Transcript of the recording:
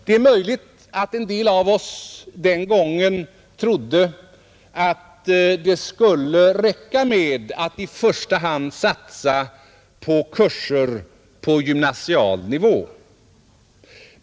Det är möjligt att en del av oss den gången trodde att det skulle räcka med att i första hand satsa på kurser på gymnasial nivå.